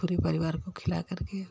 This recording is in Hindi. पूरे परिवार को खिलाकर के